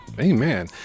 Amen